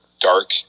dark